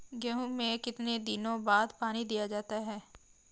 गेहूँ में कितने दिनों बाद पानी दिया जाता है?